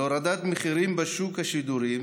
להורדת מחירים בשוק השידורים